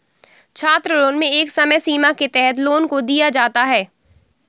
छात्रलोन में एक समय सीमा के तहत लोन को दिया जाता है